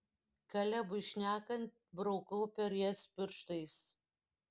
kalebui šnekant braukau per jas pirštais